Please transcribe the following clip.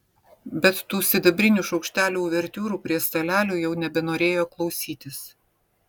bet tų sidabrinių šaukštelių uvertiūrų prie stalelių jau nebenorėjo klausytis